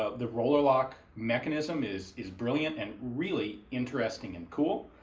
ah the roller lock mechanism is is brilliant and really interesting and cool.